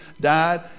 died